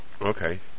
Okay